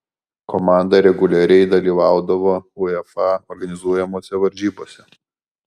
komanda reguliariai dalyvaudavo uefa organizuojamose varžybose